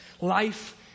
life